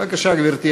בבקשה, גברתי.